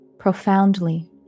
profoundly